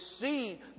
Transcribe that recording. see